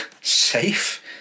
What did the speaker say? safe